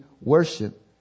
worship